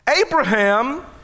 Abraham